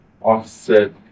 offset